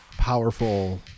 Powerful